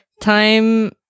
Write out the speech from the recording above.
time